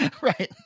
Right